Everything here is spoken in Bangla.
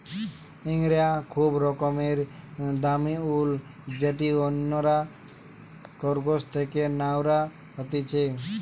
ইঙ্গরা খুবই রকমের দামি উল যেটি অন্যরা খরগোশ থেকে ন্যাওয়া হতিছে